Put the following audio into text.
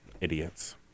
idiots